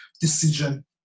decision